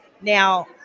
Now